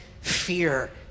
fear